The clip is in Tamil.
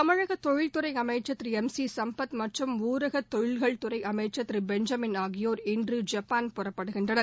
தமிழக தொழில் துறை அமைச்சர் திரு எம் சி சும்பத் மற்றும் ஊரக தொழில்கள் துறை அமைச்சர் திரு பெஞ்சமின் ஆகியோர் இன்று ஜப்பான் புறப்படுகின்றனர்